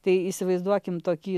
tai įsivaizduokim tokį